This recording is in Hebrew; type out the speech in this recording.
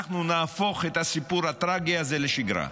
אנחנו נהפוך את הסיפור הטרגי הזה לשגרה.